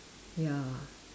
ya